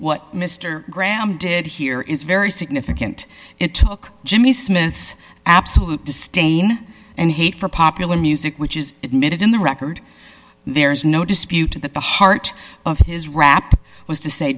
what mr graham did here is very significant it took jimmy smits absolute disdain and hate for popular music which is admitted in the record there is no dispute that the heart of his rap was to say